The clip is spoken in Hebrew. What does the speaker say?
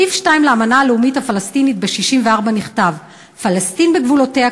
בסעיף 2 לאמנה הלאומית הפלסטינית מ-1964 נכתב: פלסטין בגבולותיה